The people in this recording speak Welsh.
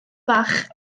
fach